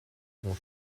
grand